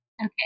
Okay